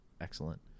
excellent